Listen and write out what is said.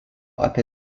apie